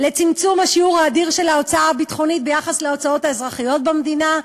לצמצום השיעור האדיר של ההוצאה הביטחונית ביחס להוצאות האזרחיות במדינה.